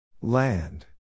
Land